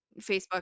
Facebook